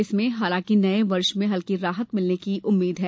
इसमें हालांकि नए वर्ष में हल्की राहत मिलने की उम्मीद है